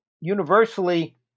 universally